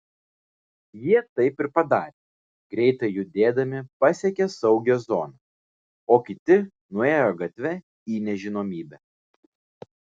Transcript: jie taip ir padarė greitai judėdami pasiekė saugią zoną o kiti nuėjo gatve į nežinomybę